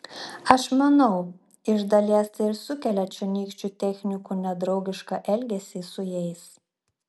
aš manau iš dalies tai ir sukelia čionykščių technikų nedraugišką elgesį su jais